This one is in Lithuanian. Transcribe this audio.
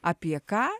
apie ką